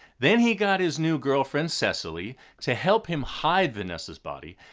then he got his new girlfriend cecily to help him hide vanessa's body.